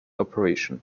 operation